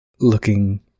Looking